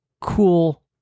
cool